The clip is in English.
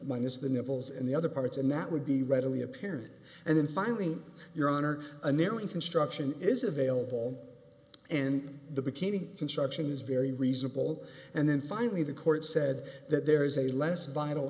minus the nipples and the other parts and that would be readily apparent and then finally your honor and their own construction is available and the bikini construction is very reasonable and then finally the court said that there is a less vital